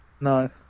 No